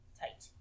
tight